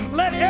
let